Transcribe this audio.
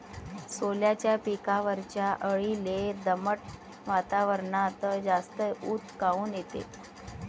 सोल्याच्या पिकावरच्या अळीले दमट वातावरनात जास्त ऊत काऊन येते?